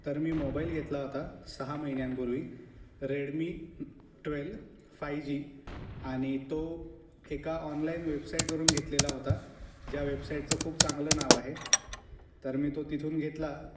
तर मी मोबाईल घेतला होता सहा महिन्यांपूर्वी रेडमी ट्वेल्व फाईव जी आणि तो एका ऑनलाइन वेबसाईटवरून घेतलेला होता ज्या वेबसाईटचं खूप चांगलं नाव आहे तर मी तो तिथून घेतला